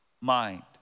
mind